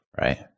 Right